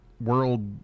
world